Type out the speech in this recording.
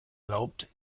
glaubt